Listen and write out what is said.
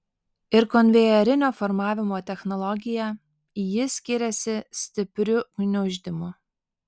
ir konvejerinio formavimo technologija ji skiriasi stipriu gniuždymu